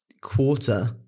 quarter